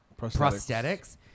prosthetics